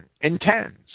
intends